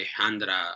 Alejandra